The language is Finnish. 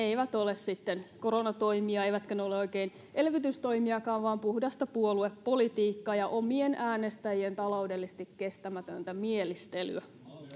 eivät ole koronatoimia eivätkä ne ole oikein elvytystoimiakaan vaan puhdasta puoluepolitiikkaa ja omien äänestäjien taloudellisesti kestämätöntä mielistelyä